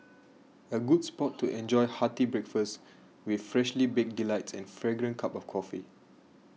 a good spot to enjoy hearty breakfast with freshly baked delights and fragrant cup of coffee